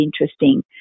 interesting